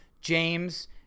James